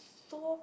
so